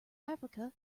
africa